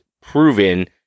proven